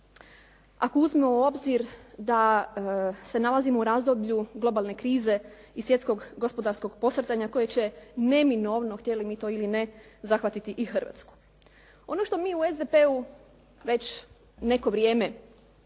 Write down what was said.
ako uzmemo u obzir da se nalazimo u razdoblju globalne krize i svjetskog gospodarskog posrtanja koje će neminovno, htjeli mi to ili ne, zahvatiti i Hrvatsku. Ono što mi u SDP-u već neko vrijeme